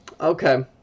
Okay